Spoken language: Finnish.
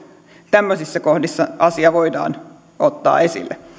tämmöisissä kohdissa asia voidaan ottaa esille